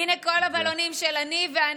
הינה כל הבלונים של אני ואני,